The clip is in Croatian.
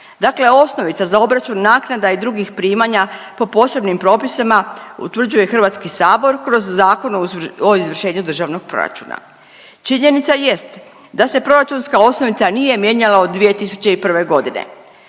Dakle osnovica za obračun naknada i drugih primanja po posebnim propisima utvrđuje HS kroz Zakon o izvršenju Državnog proračuna. Činjenica jest da se proračunska osnovica nije mijenjala od 2001.g.